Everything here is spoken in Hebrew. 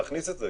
להכניס את זה,